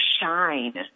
shine